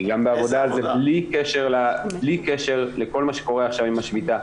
אני גם בעבודה על זה בלי קשר לכל מה שקורה עכשיו עם השביתה,